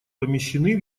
помещены